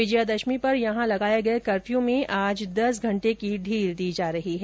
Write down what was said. विजयादशमी पर यहां लगाये गये कर्फ्यू में आज दस घंटे की ढील दी जा रही है